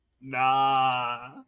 Nah